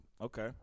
okay